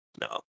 No